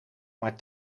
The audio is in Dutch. maar